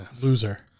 Loser